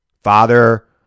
Father